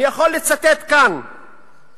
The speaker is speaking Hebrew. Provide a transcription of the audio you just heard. אני יכול לצטט כאן